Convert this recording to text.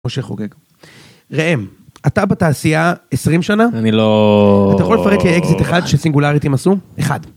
משה חוגג. ראם, אתה בתעשייה 20 שנה? אני לא... אתה יכול לפרט לי אקזיט אחד שסינגולריטים עשו? אחד.